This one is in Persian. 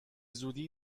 زودی